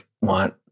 want